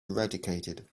eradicated